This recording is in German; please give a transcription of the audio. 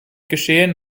geschehen